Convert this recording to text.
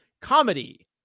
comedy